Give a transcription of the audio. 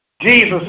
Jesus